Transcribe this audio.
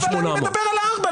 אני מדבר על ארבעה,